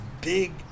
big